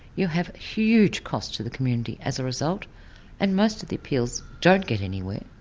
you have huge costs to the community as a result and most of the appeals don't get anywhere.